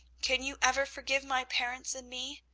can you ever forgive my parents and me?